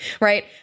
right